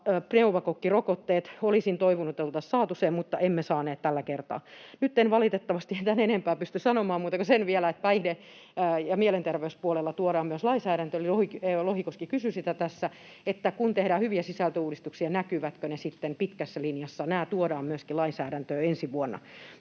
pneumokokkirokotteet — olisin toivonut, että oltaisiin saatu se, mutta emme saaneet tällä kertaa. Nyt en valitettavasti tämän enempää pysty sanomaan muuta kuin sen vielä, että myös päihde- ja mielenterveyspuolella tuodaan lainsäädäntö. Lohikoski kysyi sitä tässä, että kun tehdään hyviä sisältöuudistuksia, näkyvätkö ne sitten pitkässä linjassa. Nämä tuodaan myöskin lainsäädäntöön ensi vuonna.